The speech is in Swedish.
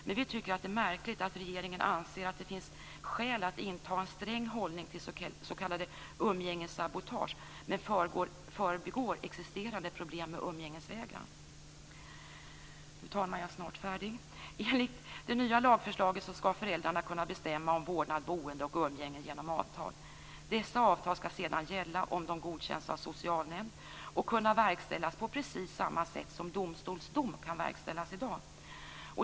Men vi tycker att det är märkligt att regeringen anser att det finns skäl att inta en sträng hållning till s.k. umgängessabotage men förbigår existerande problem med umgängesvägran. Fru talman! Enligt det nya lagförslaget skall föräldrarna kunna bestämma om vårdnad, boende och umgänge genom avtal. Dessa avtal skall sedan gälla om de godkänns av socialnämnden och kunna verkställas på precis samma sätt som domstols dom kan verkställas i dag.